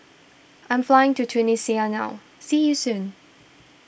I am flying to Tunisia now see you soon